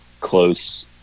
close